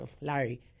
Larry